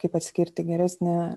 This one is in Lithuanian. kaip atskirti geresnį